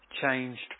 changed